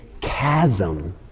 chasm